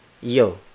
yo